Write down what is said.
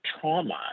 trauma